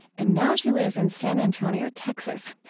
and now she lives in san antonio, texas.